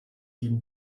jeden